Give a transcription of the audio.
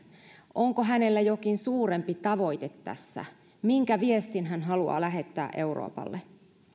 onko hänellä jokin suurempi tavoite tässä minkä viestin hän haluaa lähettää euroopalle